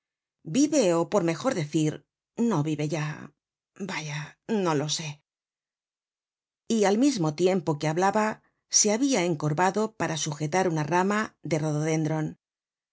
vive ó por mejor decir no vive ya vaya no lo sé y al mismo tiempo que hablaba se habia encorvado para sujetar una rama del